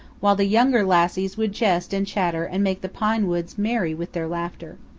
while the younger lassies would jest and chatter and make the pine woods merry with their laughter.